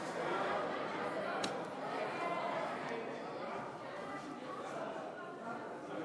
ההצעה להעביר את הצעת חוק לתיקון פקודת מסי